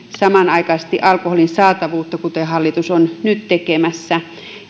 samanaikaisesti alkoholin saatavuutta kuten hallitus on nyt tekemässä